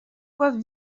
fois